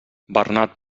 bernat